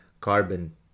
carbon